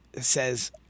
says